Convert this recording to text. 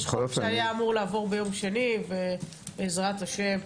יש חוק שהיה אמור לעבור ביום שני, ובעזרת השם,